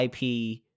IP